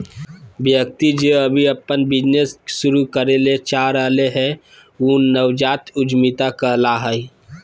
व्यक्ति जे अभी अपन बिजनेस शुरू करे ले चाह रहलय हें उ नवजात उद्यमिता कहला हय